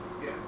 Yes